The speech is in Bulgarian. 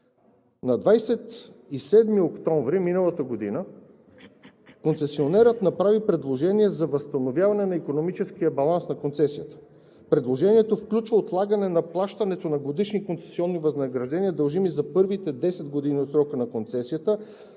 На 27 октомври миналата година концесионерът направи предложение за възстановяване на икономическия баланс на концесията. Предложението включва отлагане на плащането на годишни концесионни възнаграждения, дължими за първите 10 години от срока на концесията,